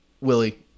Willie